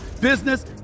business